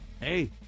Hey